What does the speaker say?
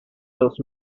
los